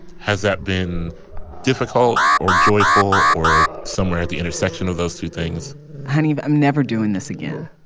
has that been difficult or joyful or somewhere at the intersection of those two things honey i'm never doing this again